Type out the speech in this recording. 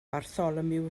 bartholomew